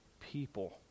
people